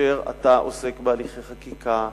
כאשר אתה עוסק בהליכי חקיקה,